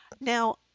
Now